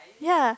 ya